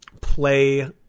play